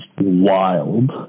wild